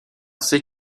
sait